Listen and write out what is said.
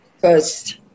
first